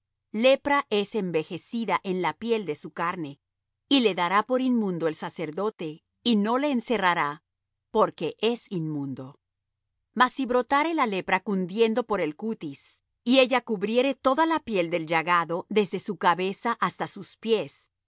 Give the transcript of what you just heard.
lepra es envejecida en la piel de su carne y le dará por inmundo el sacerdote y no le encerrará porque es inmundo mas si brotare la lepra cundiendo por el cutis y ella cubriere toda la piel del llagado desde su cabeza hasta sus pies